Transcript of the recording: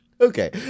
Okay